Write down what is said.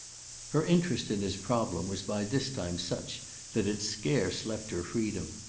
her interest in his problem was by this time such that it scarce left her freedom,